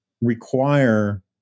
require